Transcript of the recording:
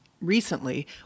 recently